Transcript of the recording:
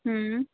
हम्म